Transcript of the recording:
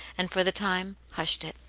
and, for the time, hushed it.